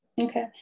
okay